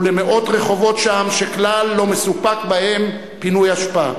ולמאות רחובות שם שכלל לא מסופק בהם פינוי אשפה?